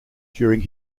during